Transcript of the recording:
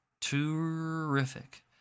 Terrific